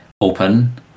open